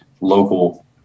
local